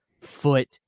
foot